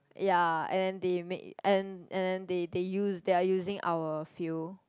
ya and then they make and and then they they use they are using our field